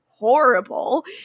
horrible